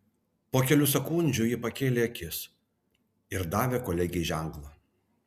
po kelių sekundžių ji pakėlė akis ir davė kolegei ženklą